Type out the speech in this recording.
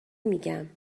میگم